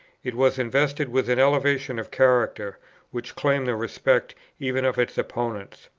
it was invested with an elevation of character which claimed the respect even of its opponents.